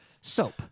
soap